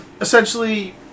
essentially